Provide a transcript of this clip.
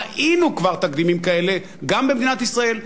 ראינו כבר תקדימים כאלה גם במדינת ישראל,